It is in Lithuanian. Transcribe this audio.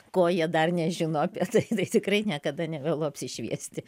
ko jie dar nežino apie tai tai tikrai niekada nevėlu apsišviesti